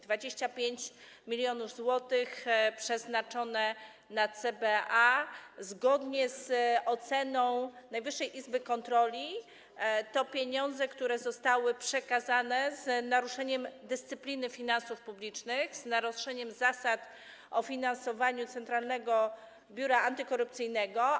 25 mln zł przeznaczone na CBA zgodnie z oceną Najwyższej Izby Kontroli to pieniądze, które zostały przekazane z naruszeniem dyscypliny finansów publicznych, z naruszeniem zasad finansowania Centralnego Biura Antykorupcyjnego.